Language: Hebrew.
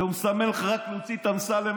והוא מסמן לך רק להוציא את אמסלם,